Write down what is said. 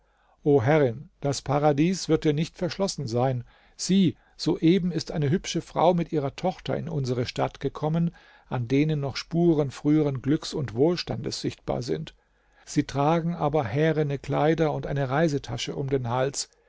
den frauen das paradies verschließe sieh soeben ist eine hübsche frau mit ihrer tochter in unsere stadt gekommen an denen noch spuren früheren glücks und wohlstandes sichtbar sind sie tragen aber härene kleider und eine reisetasche um den hals